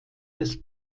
des